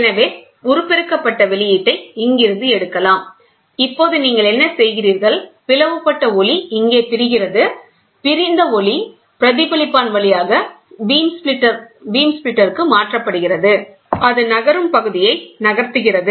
எனவே உருப்பெருக்கப்பட்ட வெளியீட்டை இங்கிருந்து எடுக்கலாம் இப்போது நீங்கள் என்ன செய்கிறீர்கள் பிளவுபட்ட ஒளி இங்கே பிரிகிறது பிரிந்த ஒளி பிரதிபலிப்பான் வழியாக பீம் ஸ்ப்ளிட்டர் மாற்றப்படுகிறது அது நகரும் பகுதியை நகர்த்துகிறது